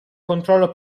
controllo